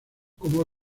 como